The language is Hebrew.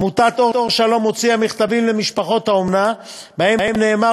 עמותת "אור שלום" הוציאה למשפחות האומנה מכתבים שבהם נאמר